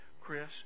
Chris